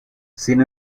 sin